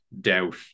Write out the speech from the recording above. doubt